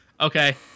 okay